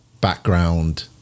background